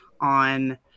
on